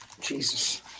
Jesus